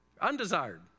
Undesired